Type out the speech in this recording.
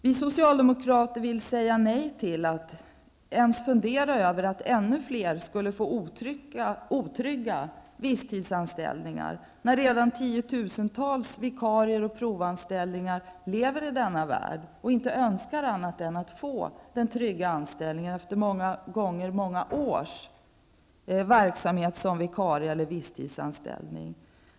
Vi socialdemokrater säger nej till och vill inte ens fundera över att ännu fler människor skulle få otrygga visstidsanställningar när redan tiotusentals vikarier och provanställda lever i denna värld och inte önskar annat än att få en trygg anställning efter många gånger många år som vikarier eller visstidsanställda.